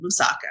Lusaka